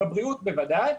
בבריאות בוודאי,